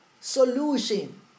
Solution